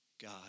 God